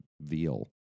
veal